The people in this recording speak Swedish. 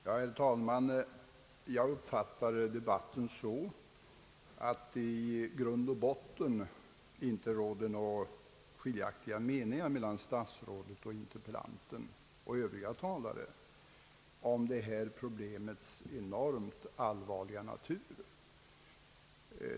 Herr talman! Jag uppfattar debatten så att det i grund och botten inte råder några skiljaktiga meningar mellan statsrådet, interpellanten och övriga talare om problemets enormt allvarliga natur.